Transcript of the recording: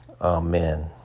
Amen